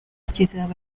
kizaba